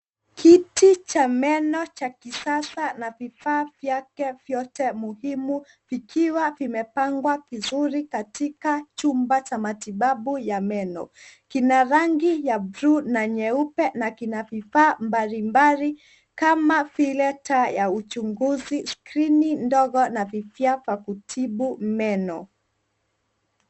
Kiti cha meno cha kisasa na vifaa vyake vyote muhimu vikiwa vimepangwa vizuri katika chumba cha matibabu ya meno. Kina rangi ya buluu na nyeupe na kina vifaa mbalimbali kama vile taa ya uchunguzi, skirini ndogo na vifaa vya kutibu meno.